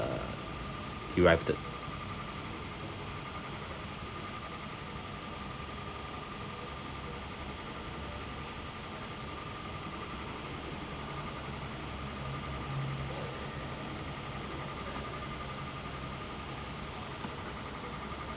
derived